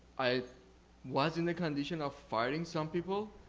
i was in the condition of firing some people.